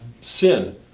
sin